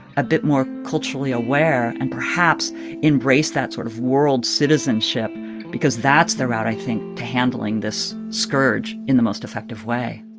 a bit more culturally aware and perhaps embrace that sort of world citizenship because that's the route i think to handling this scourge in the most effective way